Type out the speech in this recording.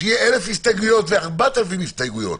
שיהיה 1,000 הסתייגויות, 4,000 הסתייגויות.